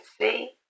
see